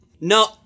No